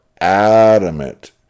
adamant